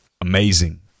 amazing